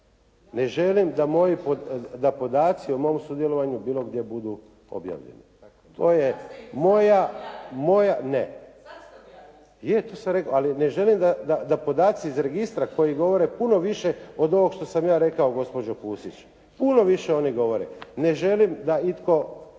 Ne želim da podaci o mom sudjelovanju bilo gdje budu objavljeni. To je moja …… /Upadica se ne razumije./ … Je to sam rekao, ali ne želim da podaci iz registra koji govore puno više od ovoga što sam ja rekao gospođo Pusić, puno više oni govore. Ne želim da itko